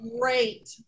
Great